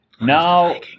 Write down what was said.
Now